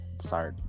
Sorry